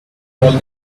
all